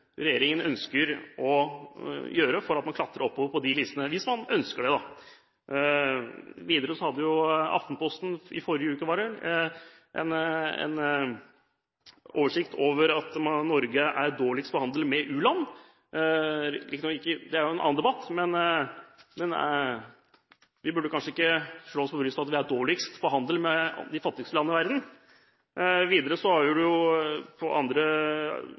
regjeringen ønsker å gjøre for å klatre oppover på listene – hvis man ønsker det, da. Videre hadde Aftenposten i forrige uke – var det vel – en oversikt som viste at Norge er dårligst når det gjelder handel med u-land. Det er jo en annen debatt, men vi burde kanskje ikke slå oss på brystet over at vi er dårligst til å handle med de fattigste landene i verden. Videre